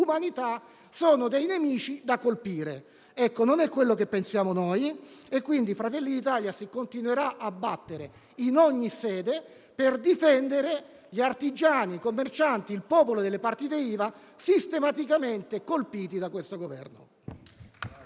sono dei nemici da colpire. Questo non è ciò che pensiamo noi e, quindi, Fratelli d'Italia continuerà a battersi in ogni sede per difendere gli artigiani, i commercianti e il popolo delle partite IVA, sistematicamente colpiti da questo Governo.